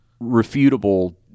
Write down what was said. refutable